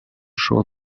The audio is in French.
jour